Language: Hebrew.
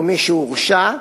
ומי שהורשע,